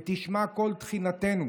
ותשמע קול תחינתנו,